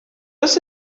does